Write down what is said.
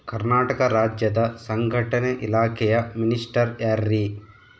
ಕರ್ನಾಟಕ ರಾಜ್ಯದ ಸಂಘಟನೆ ಇಲಾಖೆಯ ಮಿನಿಸ್ಟರ್ ಯಾರ್ರಿ?